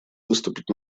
выступить